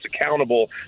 accountable